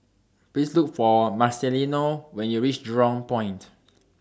Please Look For Marcelino when YOU REACH Jurong Point